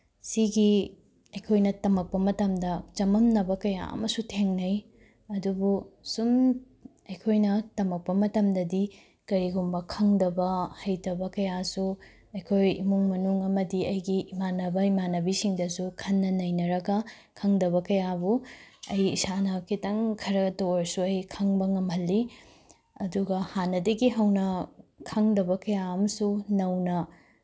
ꯁꯤꯒꯤ ꯑꯩꯈꯣꯏꯅ ꯇꯝꯃꯛꯄ ꯃꯇꯝꯗ ꯆꯃꯝꯅꯕ ꯀꯌꯥ ꯑꯃꯁꯨ ꯊꯦꯡꯅꯩ ꯑꯗꯨꯕꯨ ꯁꯨꯝ ꯑꯩꯈꯣꯏꯅ ꯇꯝꯃꯛꯄ ꯃꯇꯝꯗꯗꯤ ꯀꯔꯤꯒꯨꯝꯕ ꯈꯪꯗꯕ ꯍꯩꯇꯕ ꯀꯌꯥꯁꯨ ꯑꯩꯈꯣꯏ ꯏꯃꯨꯡ ꯃꯅꯨꯡ ꯑꯃꯗꯤ ꯑꯩꯒꯤ ꯏꯃꯥꯟꯅꯕ ꯏꯃꯥꯟꯅꯕꯤꯁꯤꯡꯗꯁꯨ ꯈꯟꯅ ꯅꯩꯅꯔꯒ ꯈꯪꯗꯕ ꯀꯌꯥꯕꯨ ꯑꯩ ꯏꯁꯥꯅ ꯈꯤꯇꯪ ꯈꯔꯇ ꯑꯣꯏꯔꯁꯨ ꯑꯩ ꯈꯪꯕ ꯉꯝꯍꯜꯂꯤ ꯑꯗꯨꯒ ꯍꯥꯟꯅꯗꯒꯤ ꯍꯧꯅ ꯈꯪꯗꯕ ꯀꯌꯥ ꯑꯃꯁꯨ ꯅꯧꯅ